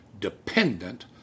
dependent